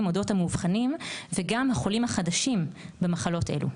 אודות המאובחנים וגם החולים החדשים במחלות אלו.